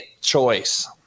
choice